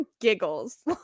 giggles